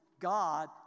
God